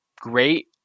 great